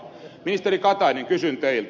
ministeri katainen kysyn teiltä